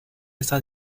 esa